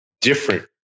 different